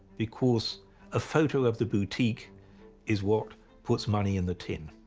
because a photo of the boutique is what puts money in the tin.